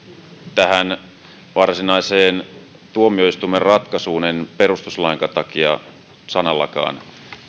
tähän varsinaiseen tuomioistuimen ratkaisuun en perustuslainkaan takia sanallakaan